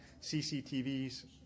CCTVs